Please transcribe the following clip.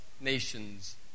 nations